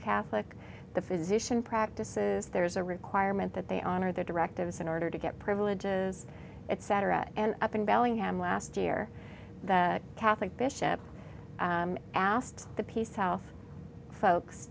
catholic the physician practices there's a requirement that they honor their directives in order to get privileges etc up in bellingham last year the catholic bishop asked the piece south folks